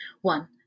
One